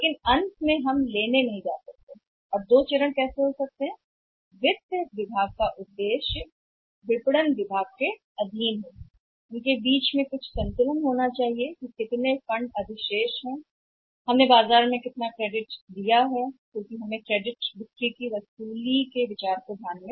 लेकिन आखिरकार हम लेने नहीं जा सकता है और कैसे चरम पर हो सकता है कि क्या उद्देश्य वित्त विभाग था एक विपणन विभाग के अधीन वहाँ एक व्यापार बंद है कि कितना धन अधिशेष होना चाहिए फंड हमारे पास है कि हम बाजार में कितना क्रेडिट दे सकते हैं क्योंकि हमें ध्यान में रखना है क्रेडिट बिक्री की वसूली पर विचार करें